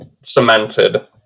cemented